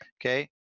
okay